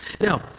Now